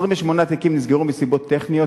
28 תיקים נסגרו מסיבות טכניות,